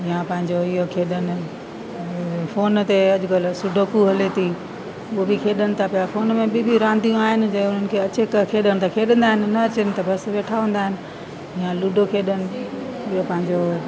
या पंहिंजो इहो खेॾनि फ़ोन ते अॼुकल्ह सुडको हले थी उहो बि खेॾनि था पिया उन में ॿीं ॿीं रांदियूं आहिनि जंहिं उन्हनि खे अचे त खेॾनि त खेॾंदा आहिनि न अचनि त बसि वेठा हूंदा आहिनि या लूडो खेॾनि इहो पंहिंजो